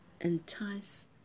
entice